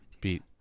beat